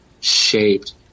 shaped